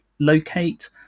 locate